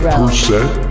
Percent